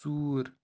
ژوٗر